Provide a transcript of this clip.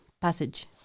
passage